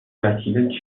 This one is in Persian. وکیل